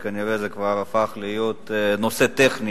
וכנראה זה כבר הפך להיות נושא טכני